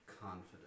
confidence